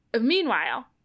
Meanwhile